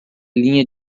linha